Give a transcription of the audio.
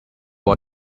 what